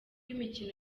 imikino